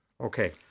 Okay